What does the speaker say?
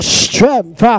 strength